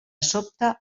sobte